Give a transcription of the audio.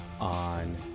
on